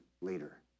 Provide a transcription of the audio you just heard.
Later